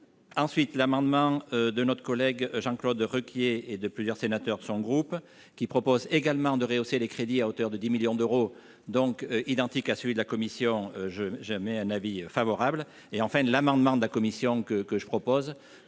ensuite l'amendement de notre collègue, Jean-Claude Requier et de plusieurs sénateurs de son groupe, qui propose également de rehausser les crédits à hauteur de 10 millions d'euros, donc identique à celui de la commission, je n'ai jamais un avis favorable et enfin de l'amendement de la commission que que je propose,